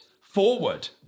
forward